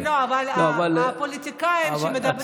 אבל הפוליטיקאים שמדברים,